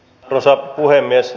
arvoisa puhemies